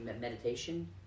meditation